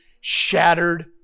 shattered